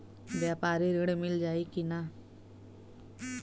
व्यापारी ऋण मिल जाई कि ना?